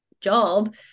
job